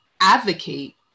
advocate